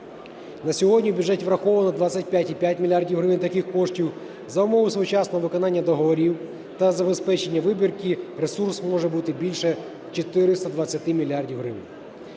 На сьогодні в бюджеті враховано 25,5 мільярда гривень таких коштів за умови своєчасного виконання договорів та забезпечення вибірки ресурс може бути більше 420 мільярдів